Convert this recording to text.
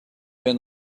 been